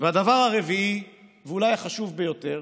והדבר הרביעי, ואולי החשוב ביותר: